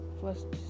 first